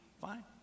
fine